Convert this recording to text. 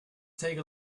take